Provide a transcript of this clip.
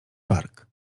park